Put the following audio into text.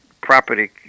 property